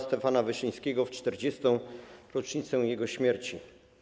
Stefana Wyszyńskiego w 40. rocznicę jego śmierci.